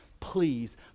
Please